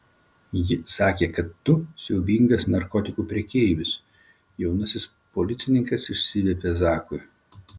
ji sakė kad tu siaubingas narkotikų prekeivis jaunasis policininkas išsiviepė zakui